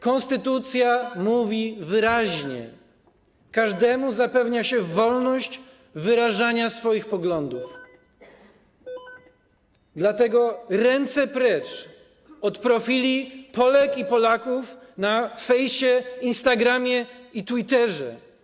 Konstytucja mówi wyraźnie, że każdemu zapewnia się wolność wyrażania swoich poglądów, dlatego: ręce precz od profili Polek i Polaków na fejsie, Instagramie i Twitterze.